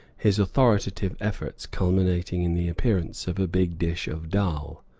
his authoritative efforts culminating in the appearance of a big dish of dhal.